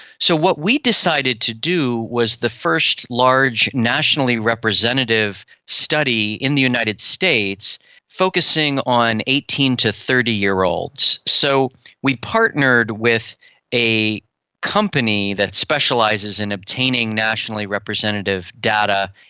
so what we decided to do was the first large nationally representative study in the united states focusing on eighteen to thirty year olds. so we partnered with a company that specialises in obtaining nationally representative data,